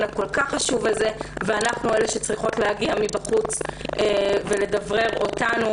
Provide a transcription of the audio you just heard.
הכל כך חשוב הזה ואנחנו אלה שצריכות להגיע מבחוץ ולדברר אותנו,